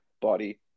body